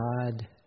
God